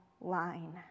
line